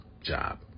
job